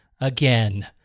again